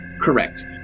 correct